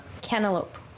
Cantaloupe